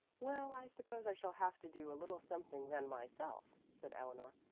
well, i suppose i shall have to do a little something then myself, said eleanor,